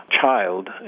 child